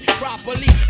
properly